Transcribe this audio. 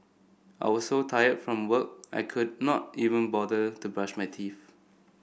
I was so tired from work I could not even bother to brush my teeth